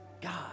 God